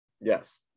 Yes